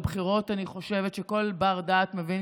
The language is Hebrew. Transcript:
בבחירות אני חושבת שכל בר דעת מבין,